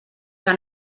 que